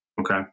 Okay